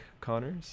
connors